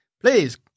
Please